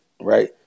right